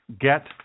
Get